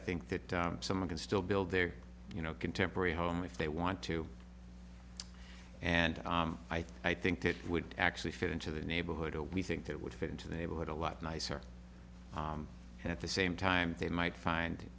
think that someone can still build their you know contemporary home if they want to and i think that would actually fit into the neighborhood or we think it would fit into the neighborhood a lot nicer and at the same time they might find